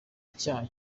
icyaha